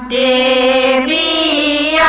a